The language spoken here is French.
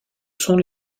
sont